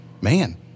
man